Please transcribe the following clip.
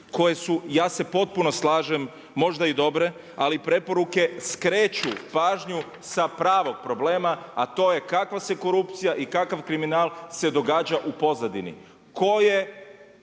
koje su ja se potpuno slažem možda i dobre, ali preporuke skreću pažnju sa pravog problema, a to je kakva se korupcija i kakav kriminal se događa u pozadini,